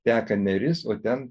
teka neris o ten